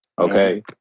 Okay